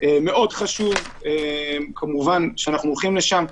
מאוד חשוב שאנחנו הולכים לשם.